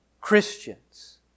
Christians